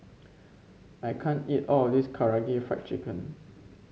I can't eat all of this Karaage Fried Chicken